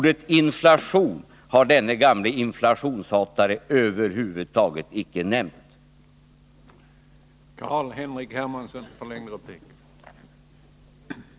Ordet inflation har denne gamle inflationshatare över huvud taget 20 november 1980 inte nämnt.